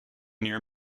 near